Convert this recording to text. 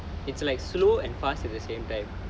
it's like slow and fast at the same time